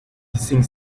hissing